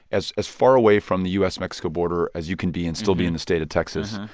as as far away from the u s mexico border as you can be and still be in the state of texas,